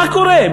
מה קורה?